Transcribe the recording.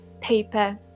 paper